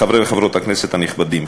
חברי וחברות הכנסת הנכבדים,